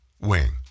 wing